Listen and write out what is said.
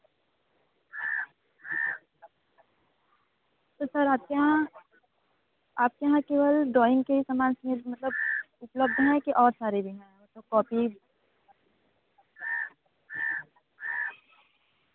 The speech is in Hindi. तो सर आप के यहाँ आप के यहाँ केवल ड्राइंग के ही सामान मतलब उपलब्ध हैं कि और सारे भी हैं कॉपी